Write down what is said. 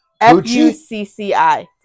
F-U-C-C-I